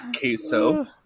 queso